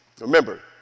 Remember